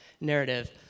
narrative